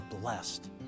blessed